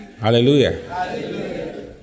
Hallelujah